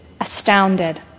astounded